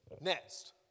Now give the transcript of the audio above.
Next